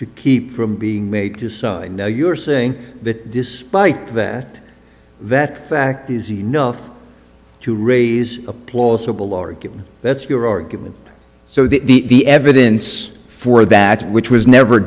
to keep from being made to sign now you're saying that despite that that fact is enough to raise a plausible argument that's your argument so the evidence for that which was never